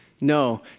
No